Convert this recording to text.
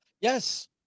Yes